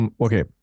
okay